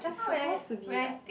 it's suppose to be like